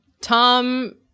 Tom